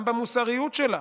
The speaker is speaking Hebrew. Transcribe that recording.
גם במוסריות שלה.